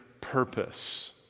purpose